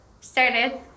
started